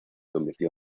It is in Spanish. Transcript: convirtió